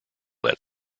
that